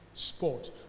Sport